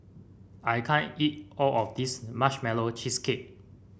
I can't eat all of this Marshmallow Cheesecake